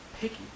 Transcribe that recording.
picky